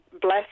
bless